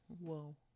whoa